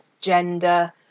gender